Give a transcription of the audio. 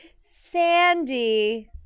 Sandy